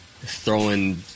throwing